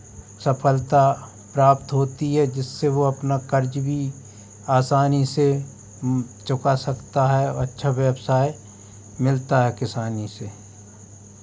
सफलता प्राप्त होती है जिससे वो अपना कर्ज भी आसानी से चुका सकता है अच्छा व्यवसाय मिलता है किसानी से